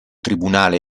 tribunale